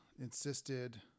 insisted